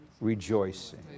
rejoicing